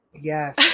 yes